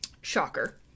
Shocker